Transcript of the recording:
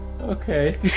Okay